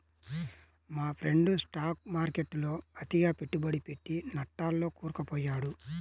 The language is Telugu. మా ఫ్రెండు స్టాక్ మార్కెట్టులో అతిగా పెట్టుబడి పెట్టి నట్టాల్లో కూరుకుపొయ్యాడు